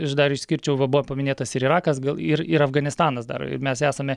aš dar išskirčiau va buvo paminėtas ir irakas gal ir ir afganistanas dar ir mes esame